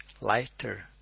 lighter